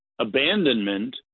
abandonment